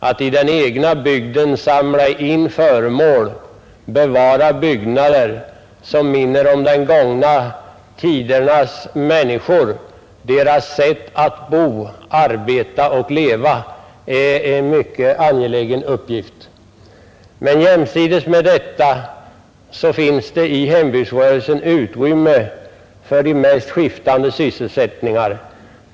Att i den egna bygden samla in föremål, bevara byggnader som minner om gångna tiders människor, deras sätt att bo, arbeta och leva, är en mycket angelägen uppgift. Men jämsides med detta finns det i hembygdsrörelsen utrymme för de mest skiftande sysselsättningar.